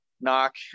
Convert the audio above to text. knock